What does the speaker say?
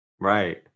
Right